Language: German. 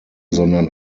sondern